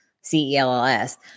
C-E-L-L-S